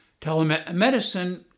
Telemedicine